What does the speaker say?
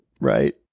Right